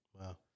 Wow